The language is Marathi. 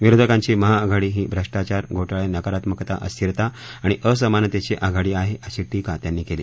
विरोधकांची महाआघाडी ही भ्रष्टाचार घोटाळे नकारात्मकता अस्थिरता आणि असमानतेची आघाडी आहे अशी शिका त्यांनी केली